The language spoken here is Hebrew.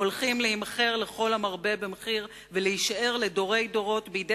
הולכים להימכר לכל המרבה במחיר ולהישאר לדורי-דורות בידי